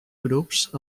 grups